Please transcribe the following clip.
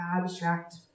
abstract